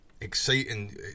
exciting